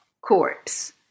corpse